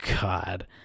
god